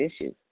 issues